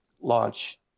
launch